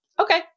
okay